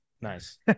Nice